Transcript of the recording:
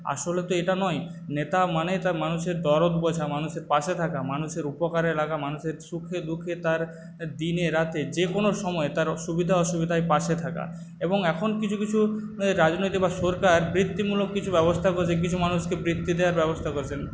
আসলে তো এটা নয় নেতা মানে তার মানুষের দরদ বোঝা মানুষের পাশে থাকা মানুষের উপকারে লাগা মানুষের সুখে দুঃখে তার দিনে রাতে যে কোন সময়ে তার সুবিধা অসুবিধায় পাশে থাকা এবং এখন কিছু কিছু রাজনৈতিক বা সরকার বৃত্তিমূলক কিছু ব্যবস্থা করেছে কিছু মানুষকে বৃত্তি দেওয়ার ব্যবস্থা করেছে